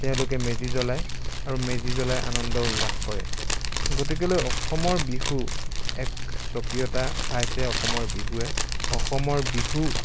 তেওঁলোকে মেজি জ্বলায় আৰু মেজি জ্বলাই আনন্দ উল্লাস কৰে গতিকেলৈ অসমৰ বিহু এক স্বকীয়তা পাইছে অসমৰ বিহুৱে অসমৰ বিহু